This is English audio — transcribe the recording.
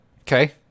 okay